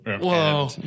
Whoa